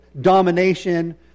domination